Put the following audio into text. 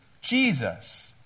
Jesus